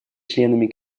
членами